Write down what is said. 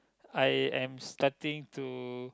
I am starting to